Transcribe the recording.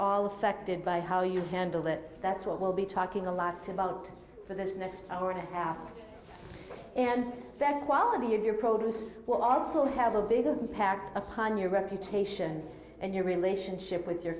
all affected by how you handle it that's what we'll be talking a lot about for this next hour and a half and the quality of your produce will also have a bigger impact upon your reputation and your relationship with your